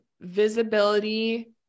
visibility